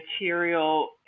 material